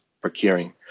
procuring